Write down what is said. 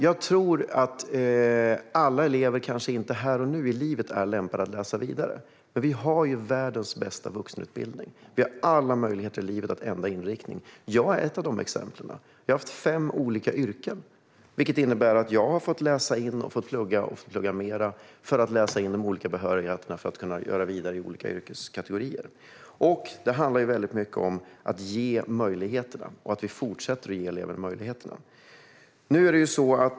Jag tror inte att alla elever här och nu är lämpade att läsa vidare, men i Sverige finns världens bästa vuxenutbildning. Vi har alla möjligheter i livet att ändra inriktning. Jag är ett av de exemplen. Jag har haft fem olika yrken, vilket innebär att jag har läst in, pluggat och pluggat mer, olika behörigheter för att kunna gå vidare i olika yrkeskategorier. Det handlar mycket om att fortsätta att ge elever möjligheter.